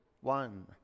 one